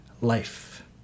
life